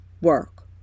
work